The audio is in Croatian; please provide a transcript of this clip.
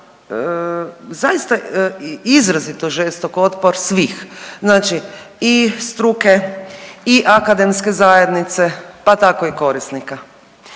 zaista izrazito žestok otpor svih, znači i struke i akademske zajednice, pa tako i korisnika.